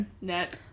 Net